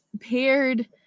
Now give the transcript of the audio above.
paired